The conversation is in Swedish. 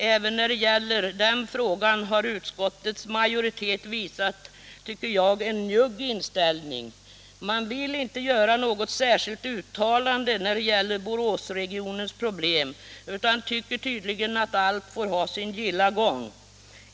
Även när det gäller den frågan har utskottets majoritet enligt min mening visat en njugg inställning. Man vill inte göra något särskilt uttalande om Boråsregionens problem utan tycker tydligen att allt får ha sin gilla gång.